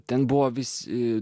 ten buvo visi